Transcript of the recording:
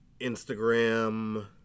Instagram